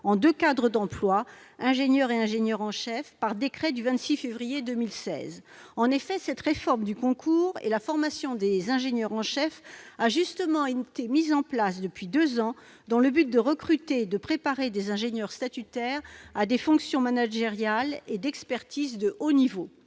en deux cadres d'emplois- ingénieur et ingénieur en chef -par le décret du 26 février 2016. Cette réforme du concours et de la formation des ingénieurs en chef a justement été mise en place, depuis deux ans, dans le but de recruter et de préparer des ingénieurs statutaires à des fonctions managériales et d'expertise de haut niveau.